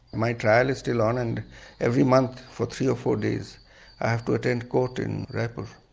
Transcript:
my trial is still on and every month for three or four days i have to attend court in raipur.